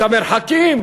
את המרחקים,